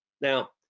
Now